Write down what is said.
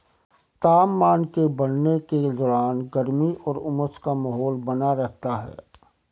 तापमान के बढ़ने के दौरान गर्मी और उमस का माहौल बना रहता है